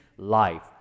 life